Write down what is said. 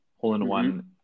hole-in-one